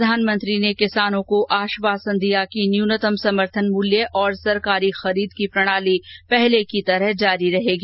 प्रधानमंत्री ने किसानों को आश्वासन दिया कि न्यूनतम समर्थन मूल्य और सरकारी खरीद की प्रणाली पहले की तरह जारी रहेगी